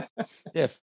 stiff